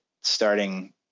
starting